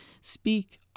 Speak